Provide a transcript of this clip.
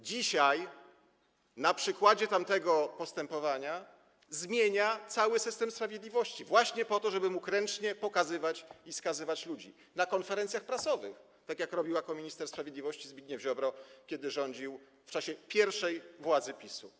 Dzisiaj na przykładzie tamtego postępowania zmienia on cały system sprawiedliwości po to, żeby mógł ręcznie sterować: pokazywać, skazywać ludzi na konferencjach prasowych, tak jak to robił jako minister sprawiedliwości Zbigniew Ziobro, kiedy rządził w czasie pierwszej władzy PiS-u.